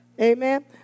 Amen